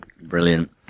Brilliant